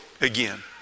again